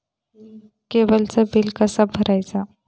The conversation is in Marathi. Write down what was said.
केबलचा बिल कसा भरायचा?